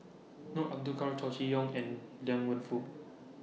No Abdullah Chow Chee Yong and Liang Wenfu